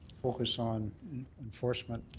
focus on enforcement,